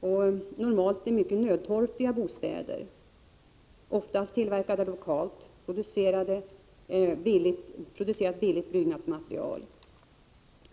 och normalt i mycket nödtorftiga bostäder, oftast tillverkade av lokalt producerat, billigt byggnadsmaterial.